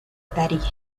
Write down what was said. tarija